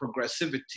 progressivity